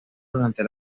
durante